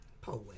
Poet